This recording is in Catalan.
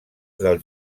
del